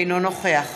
אינו נוכח